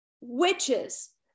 witches